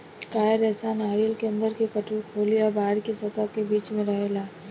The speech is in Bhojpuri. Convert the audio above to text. कॉयर रेशा नारियर के अंदर के कठोर खोली आ बाहरी के सतह के बीच में रहेला